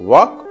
Walk